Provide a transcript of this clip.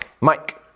Mike